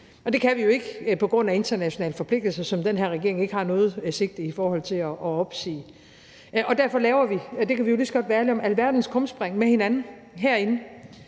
ud. Det kan vi jo ikke på grund af internationale forpligtelser, som den her regering ikke har noget sigte i forhold til at opsige. Derfor laver vi – det kan vi jo lige så godt være ærlige om – alverdens krumspring med hinanden herinde